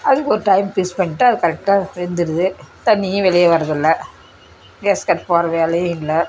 அதுக்கு ஒரு time fix பண்ணிட்டு அது கரெக்ட்டாக வெந்துவிடுது தண்ணியும் வெளியே வரதில்லை கேஸ்கட் போடுற வேலையும் இல்லை